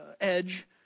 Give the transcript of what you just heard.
edge